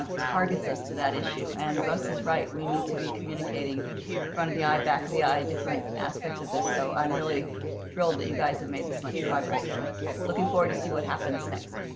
ah targets us to that issue and russ is right, we need to be communicating front of the eye, back of the eye, different aspects of this so i'm really thrilled that you guys have made this much progress so looking forward to see what happens next.